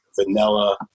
vanilla